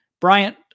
Bryant